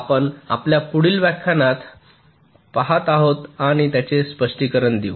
आपण आपल्या पुढील व्याख्यानात पहात आहोत आणि त्याचे स्पष्टीकरण देऊ